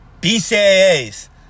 BCAAs